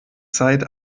zeit